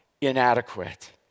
inadequate